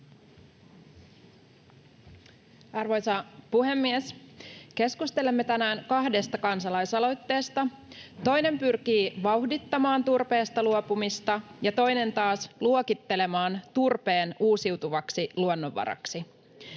Arvoisa puhemies! Keskustelemme tänään kahdesta kansalais-aloitteesta. Toinen pyrkii vauhdittamaan turpeesta luopumista ja toinen taas luokittelemaan turpeen uusiutuvaksi luonnonvaraksi,